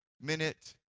minute